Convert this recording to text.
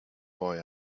boy